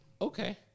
okay